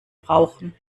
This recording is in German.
rauchen